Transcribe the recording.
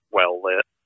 well-lit